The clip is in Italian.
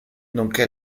nonché